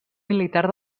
militar